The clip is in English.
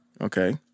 Okay